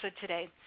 today